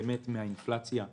מהאינפלציה מחו"ל,